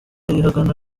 ahagana